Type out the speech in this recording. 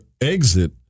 exit